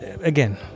again